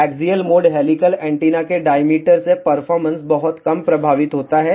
axial mode helical antenna के diameter से performance बहुत कम प्रभावित होता है